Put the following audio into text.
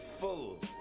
full